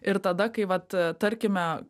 ir tada kai vat a tarkime